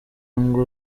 ngo